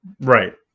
Right